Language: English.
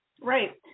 right